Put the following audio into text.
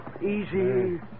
Easy